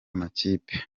makipe